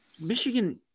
Michigan –